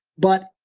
but